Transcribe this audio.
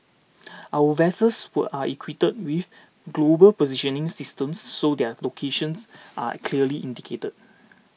our vessels were are equipped with global positioning systems so their locations are clearly indicated